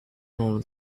novel